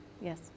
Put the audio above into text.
Yes